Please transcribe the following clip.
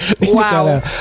wow